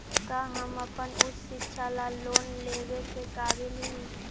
का हम अपन उच्च शिक्षा ला लोन लेवे के काबिल ही?